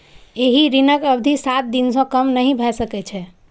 एहि ऋणक अवधि सात दिन सं कम नहि भए सकै छै